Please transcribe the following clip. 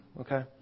okay